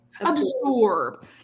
Absorb